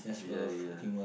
ya ya